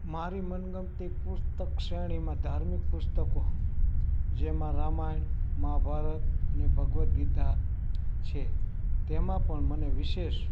મારી મનગમતી પુસ્તક શ્રેણીમાં ધાર્મિક પુસ્તકો જેમાં રામાયણ મહાભારત અને ભગવદ્ ગીતા છે તેમાં પણ મને વિશેષ